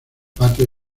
patio